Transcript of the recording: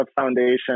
foundation